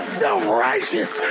self-righteous